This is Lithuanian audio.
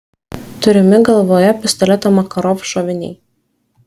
turimi galvoje pistoleto makarov šoviniai